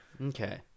okay